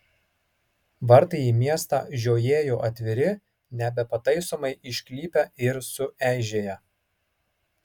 vartai į miestą žiojėjo atviri nebepataisomai išklypę ir sueižėję